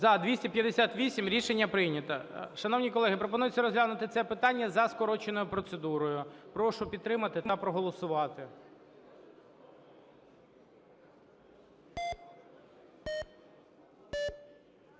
За-258 Рішення прийнято. Шановні колеги, пропонується розглянути це питання за скороченою процедурою. Прошу підтримати та проголосувати.